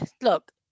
look